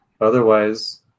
Otherwise